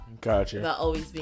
Gotcha